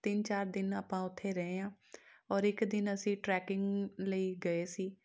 ਤਿੰਨ ਚਾਰ ਦਿਨ ਆਪਾਂ ਉੱਥੇ ਰਹੇ ਹਾਂ ਔਰ ਇੱਕ ਦਿਨ ਅਸੀਂ ਟਰੈਕਿੰਗ ਲਈ ਗਏ ਸੀ